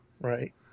Right